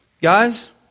Guys